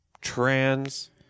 trans